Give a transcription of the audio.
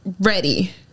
ready